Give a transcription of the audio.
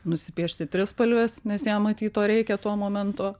nusipiešti trispalvės nes jam matyt to reikia tuo momentu